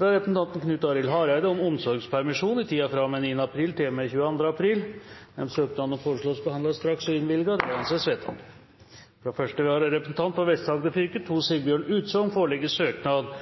fra representanten Knut Arild Hareide om omsorgspermisjon i tiden fra og med 9. april til og med 22. april Disse søknader foreslås behandlet straks og innvilget. – Det anses vedtatt. Fra første vararepresentant for Vest-Agder fylke, Tor Sigbjørn Utsogn, foreligger søknad